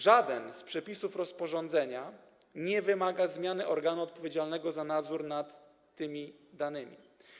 Żaden z przepisów rozporządzenia nie wymaga zmiany organu odpowiedzialnego za nadzór nad tymi danymi.